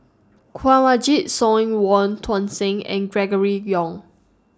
Kanwaljit Soin Wong Tuang Seng and Gregory Yong